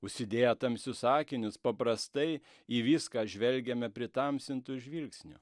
užsidėję tamsius akinius paprastai į viską žvelgiame pritamsintu žvilgsniu